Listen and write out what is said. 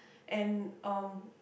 and um